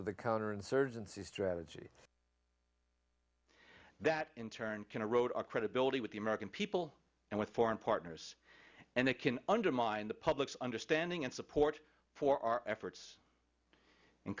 of the counterinsurgency strategy that in turn can erode our credibility with the american people and with foreign partners and it can undermine the public's understanding and support for our efforts